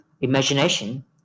imagination